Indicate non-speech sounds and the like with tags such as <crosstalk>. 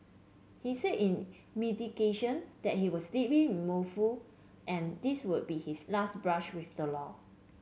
he said in mitigation that he was deeply <unintelligible> and this would be his last brush with the law